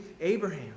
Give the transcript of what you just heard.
Abraham